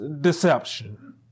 deception